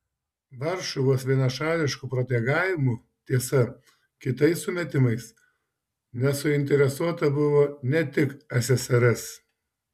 varšuvos vienašališku protegavimu tiesa kitais sumetimais nesuinteresuota buvo ne tik ssrs